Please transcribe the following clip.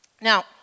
Now